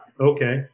okay